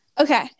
Okay